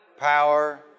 Power